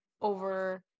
over